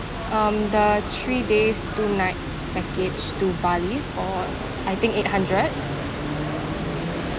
um the three days two nights package to bali for I think eight hundred